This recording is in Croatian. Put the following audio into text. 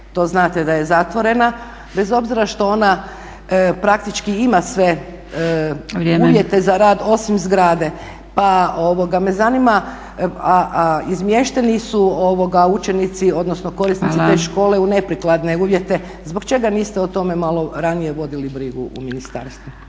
to znate da je zatvorena, bez obzira što ona praktički ima sve uvjete za rad osim zgrade. Pa me zanima izmješteni su učenici odnosno korisnici te škole u neprikladne uvjete, zbog čega niste o tome malo ranije vodili brigu u ministarstvu?